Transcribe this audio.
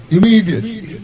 Immediately